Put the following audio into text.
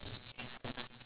ya